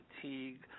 fatigue